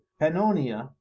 pannonia